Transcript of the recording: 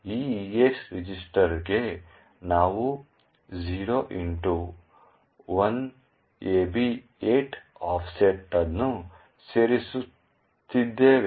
ಈ EAX ರಿಜಿಸ್ಟರ್ಗೆ ನಾವು 0x1AB8 ಆಫ್ಸೆಟ್ ಅನ್ನು ಸೇರಿಸುತ್ತಿದ್ದೇವೆ